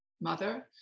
mother